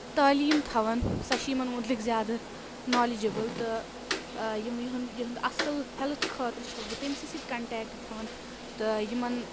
تعلیٖم تھاوان سۄ چھِ یِمَن مُتعلِق زیادٕ نالیجِبٕل تہٕ یِم یِہُنٛد یِہُنٛد اَصٕل ہیٚلٕتھ خٲطرٕ چھَس بہٕ تٔمۍسٕے سۭتۍ کَنٹیکٹ تھَاوان تہٕ یِمَن